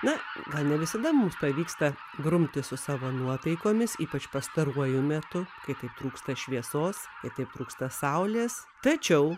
na gal ne visada mums pavyksta grumtis su savo nuotaikomis ypač pastaruoju metu kai taip trūksta šviesos ir taip trūksta saulės tačiau